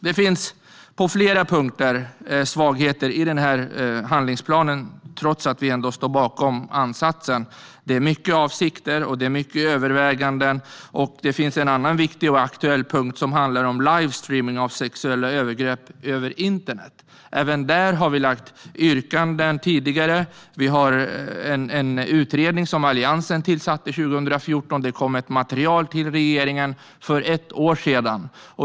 Det finns på flera punkter svagheter i handlingsplanen, trots att vi ändå står bakom ansatsen. Det är mycket avsikter och överväganden. Det finns en annan viktig och aktuell punkt som handlar om livestreaming över internet av sexuella övergrepp. Även där har Liberalerna tidigare haft yrkanden. Alliansen tillsatte en utredning 2014. Det kom material till regeringen för ett år sedan.